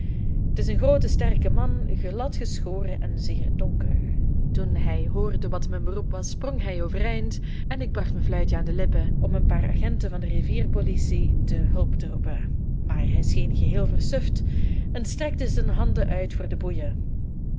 t is een groote sterke man glad geschoren en zeer donker toen hij hoorde wat mijn beroep was sprong hij overeind en ik bracht mijn fluitje aan de lippen om een paar agenten van de rivier politie te hulp te roepen maar hij scheen geheel versuft en strekte zijn handen uit voor de boeien